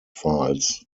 files